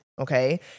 Okay